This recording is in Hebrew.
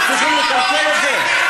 וחוזרים לקלקל את זה?